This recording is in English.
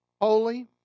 holy